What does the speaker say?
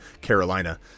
Carolina